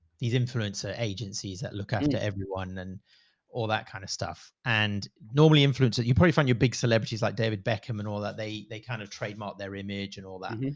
these influencer agencies that look after everyone and all that kind of stuff and normally influence it. you probably find your big celebrities like david beckham and all that. they they kind of trademark their image and all that.